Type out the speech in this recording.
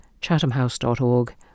chathamhouse.org